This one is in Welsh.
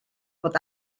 bod